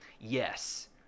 yes